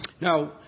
Now